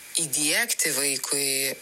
įdiegti vaikui